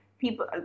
people